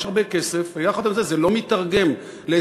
יש הרבה כסף, ויחד עם זאת הוא לא מיתרגם להישגים.